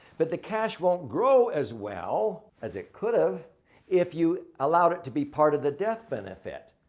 but the cash won't grow as well as it could have if you allowed it to be part of the death benefit.